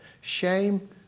Shame